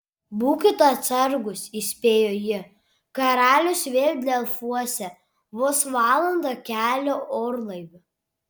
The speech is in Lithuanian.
būkit atsargūs įspėjo ji karalius vėl delfuose vos valanda kelio orlaiviu